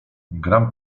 gram